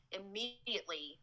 immediately